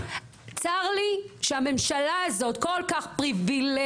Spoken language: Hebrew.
צר לי שהממשלה הזו כל כך פריבילגית,